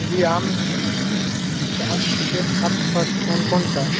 ابھی آم جی آپ کے پاس کون کون سا ہے